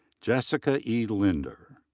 jessica e. linder.